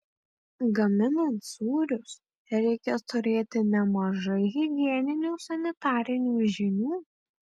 gaminant sūrius reikia turėti nemažai higieninių sanitarinių žinių